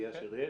יהיה אשר יהיה?